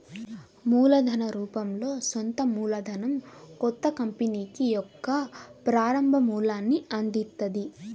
మూలధన రూపంలో సొంత మూలధనం కొత్త కంపెనీకి యొక్క ప్రారంభ మూలాన్ని అందిత్తది